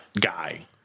guy